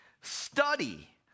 Study